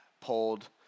pulled